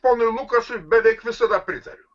ponui lukašui beveik visada pritariu